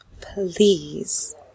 Please